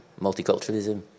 multiculturalism